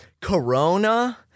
Corona